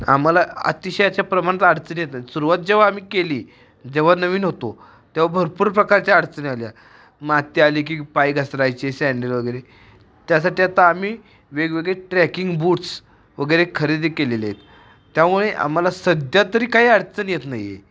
आम्हाला अतिशय याच्या प्रमाणात अडचणी येत नाहीत सुरुवात जेव्हा आम्ही केली जेव्हा नवीन होतो तेव्हा भरपूर प्रकारच्या अडचणी आल्या माती आली की पाय घसरायचे सँडल वगैरे त्यासाठी आता आम्ही वेगवेगळे ट्रॅकिंग बूट्स वगैरे खरेदी केलेले आहेत त्यामुळे आम्हाला सध्यातरी काही अडचण येत नाही आहे